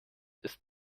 ist